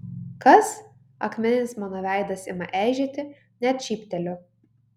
kas akmeninis mano veidas ima eižėti net šypteliu